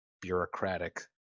bureaucratic